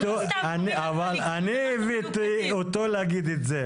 אני הבאתי אותו להגיד את זה.